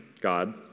God